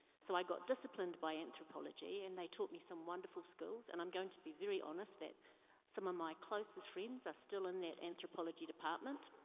so i got disciplined by anthropology and they taught me some wonderful skills and i'm going to be very honest, that some of my closest friends are still in their anthropology department.